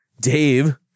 Dave